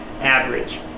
Average